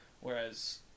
whereas